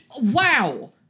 wow